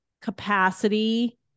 capacity